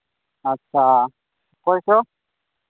ᱟᱪᱪᱷᱟ ᱚᱠᱚᱭ ᱪᱚ